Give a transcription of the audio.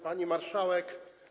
Pani Marszałek!